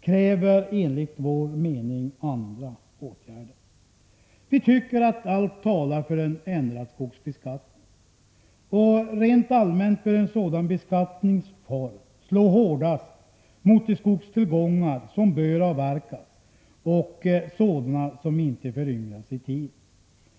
kräver enligt vår mening andra åtgärder. Vi tycker att allt talar för en ändrad skogsbeskattning. Rent allmänt bör en sådan beskattningsform slå hårdast mot de skogstillgångar som bör avverkas och mot sådana som inte föryngras i tid.